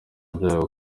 byayo